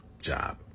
job